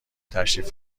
تشریف